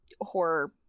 horror